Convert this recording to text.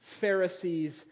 Pharisees